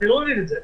לא ברור לי.